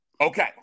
Okay